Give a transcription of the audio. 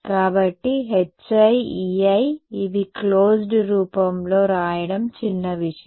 కాబట్టి Hi Ei ఇవి closed రూపంలో వ్రాయడం చిన్న విషయం